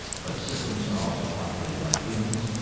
but systems are also populated by humans,